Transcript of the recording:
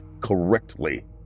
correctly